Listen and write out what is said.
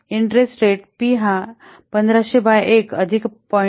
interest rate P हा 1500 by 1 अधिक 0